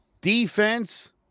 defense